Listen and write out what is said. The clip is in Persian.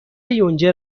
یونجه